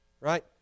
right